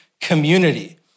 community